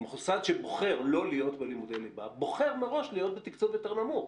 בוחר מראש להיות בתקצוב יותר נמוך.